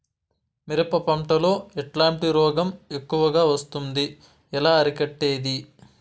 మిరప పంట లో ఎట్లాంటి రోగం ఎక్కువగా వస్తుంది? ఎలా అరికట్టేది?